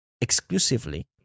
exclusively